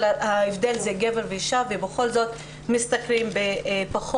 אבל ההבדל הוא שזה גבר ואשה ובכל זאת משתכרים פחות,